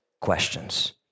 questions